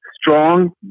strong